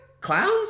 Clowns